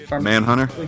Manhunter